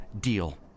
Deal